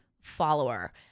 follower